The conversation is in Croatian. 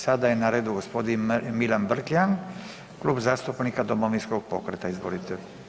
Sada je na redu g. Milan Vrkljan, Klub zastupnika Domovinskog pokreta, izvolite.